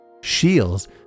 Shields